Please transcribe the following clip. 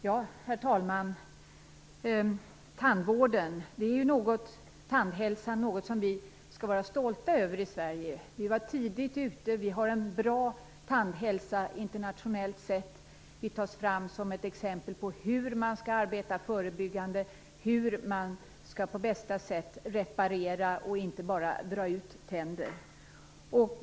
Herr talman! Vår tandvård och vår tandhälsa är något som vi i Sverige skall vara stolta över. Vi var tidigt ute, och vi har en bra tandhälsa internationellt sett. Vi tas fram som ett exempel på hur man skall arbeta förebyggande och på bästa sätt reparera, inte bara dra ut tänder.